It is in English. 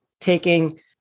taking